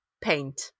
paint